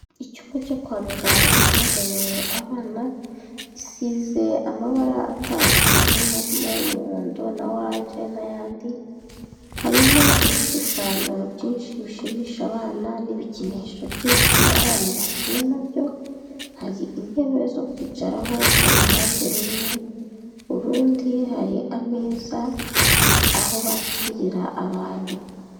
Icyumba cyo kwa muganga cyagenewe abana, gisize amabara atandukanye harimo umuhondo na oranje n'ayandi, harimo ibishushanyo byinshi bishimisha abana n'ibikinisho byinshi abana bakina na byo, hari intebe zo kwicaraho uruhande rumwe, urundi hari ameza aho bakirira abantu.